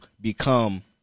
become